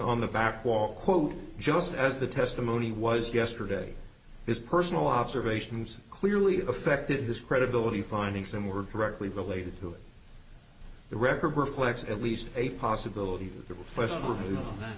on the back wall quote just as the testimony was yesterday his personal observations clearly affected his credibility findings and were directly related to the record reflects at least a possibility that